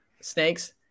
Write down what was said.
snakes